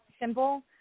simple